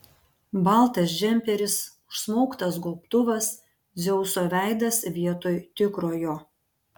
baltas džemperis užsmauktas gobtuvas dzeuso veidas vietoj tikrojo